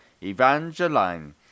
Evangeline